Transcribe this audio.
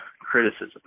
criticism